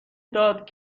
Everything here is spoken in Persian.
داد